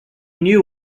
knew